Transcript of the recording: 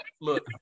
look